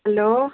hello